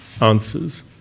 answers